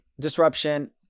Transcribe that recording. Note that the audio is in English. disruption